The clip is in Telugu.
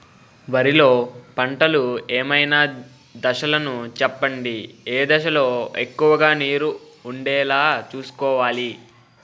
వరిలో పంటలు ఏమైన దశ లను చెప్పండి? ఏ దశ లొ ఎక్కువుగా నీరు వుండేలా చుస్కోవలి?